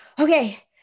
okay